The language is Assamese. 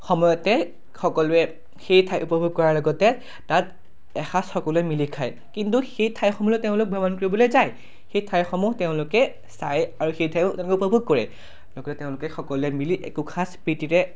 সময়তে সকলোৱে সেই ঠাই উপভোগ কৰাৰ লগতে তাত এসাজ সকলোৱে মিলি খায় কিন্তু সেই ঠাইসমূহলৈ তেওঁলোক ভ্ৰমণ কৰিবলৈ যায় সেই ঠাইসমূহ তেওঁলোকে চায় আৰু সেই ঠাই তেওঁলোকে উপভোগ কৰে লগতে তেওঁলোকে সকলোৱে মিলি একোসাজ প্ৰীতিৰে